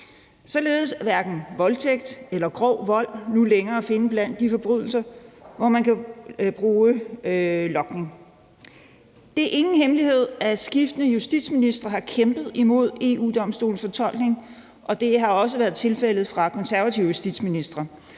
Således er hverken voldtægt eller grov vold nu længere at finde blandt de forbrydelser, hvor man kan bruge logning. Det er ingen hemmelighed, at skiftende justitsministre har kæmpet imod EU-Domstolens fortolkning, og det har også været tilfældet for konservative justitsministre.